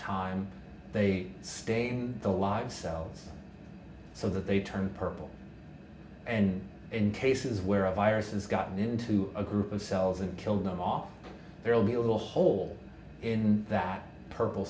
time they stay in the live cells so that they turn purple and in cases where a virus is gotten into a group of cells and killed them off there'll be a little hole in that purple